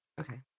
Okay